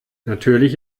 natürlich